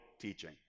teaching